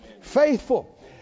faithful